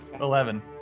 Eleven